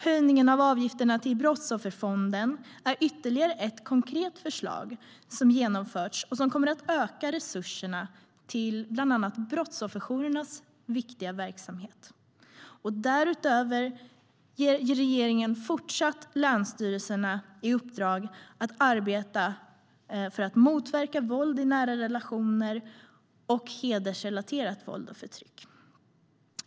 Höjningen av avgifterna till Brottsofferfonden är ytterligare ett konkret förslag som genomförts och som kommer att öka resurserna till bland annat brottsofferjourernas viktiga verksamhet. Därutöver ger regeringen länsstyrelserna ett fortsatt uppdrag att arbeta för att motverka våld i nära relationer och hedersrelaterat våld och förtryck.